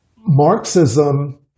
Marxism